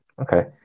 Okay